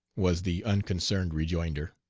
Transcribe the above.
was the unconcerned rejoinder.